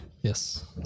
Yes